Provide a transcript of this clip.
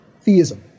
theism